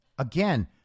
Again